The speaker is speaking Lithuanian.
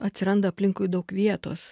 atsiranda aplinkui daug vietos